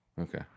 Okay